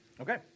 Okay